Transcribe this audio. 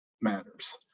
matters